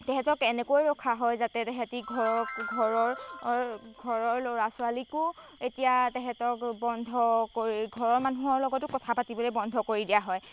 তেহেঁতক এনেকৈ ৰখা হয় যাতে তেহেঁতি ঘৰ ঘৰৰ ঘৰৰ ল'ৰা ছোৱালীকো এতিয়া তেহেঁতক বন্ধ কৰি ঘৰৰ মানুহৰ লগতো কথা পাতিবলৈ বন্ধ কৰি দিয়া হয়